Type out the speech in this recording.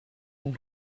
اون